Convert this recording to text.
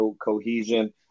cohesion